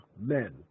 men